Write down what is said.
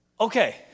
Okay